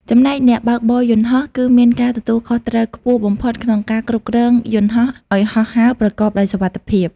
ចំណែកអ្នកបើកបរយន្តហោះ គឺមានការទទួលខុសត្រូវខ្ពស់បំផុតក្នុងការគ្រប់គ្រងយន្តហោះឲ្យហោះហើរប្រកបដោយសុវត្ថិភាព។